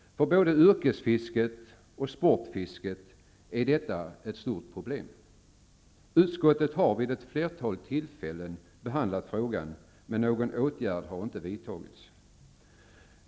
För både yrkesfisket och sportfisket är detta ett stort problem. Utskottet har vid ett flertal tillfällen behandlat frågan, men någon åtgärd har inte vidtagits.